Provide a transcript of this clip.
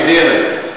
התשובה נהדרת,